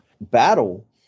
battle